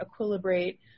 equilibrate